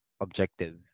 objective